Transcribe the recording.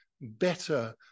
better